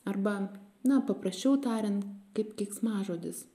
arba na paprasčiau tariant kaip keiksmažodis